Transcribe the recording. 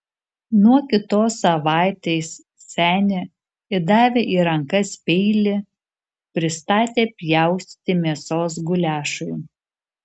nuo kitos savaitės senį įdavę į rankas peilį pristatė pjaustyti mėsos guliašui